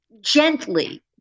gently